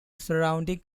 surrounding